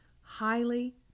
highly